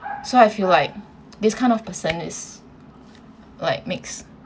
so I feel like this kind of person is like mixed